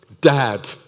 Dad